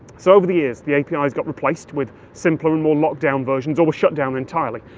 so over the years, the apis got replaced with simpler and more locked-down versions, or were shut down entirely.